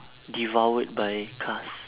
devoured by cars